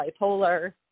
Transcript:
bipolar